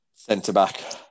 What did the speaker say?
Centre-back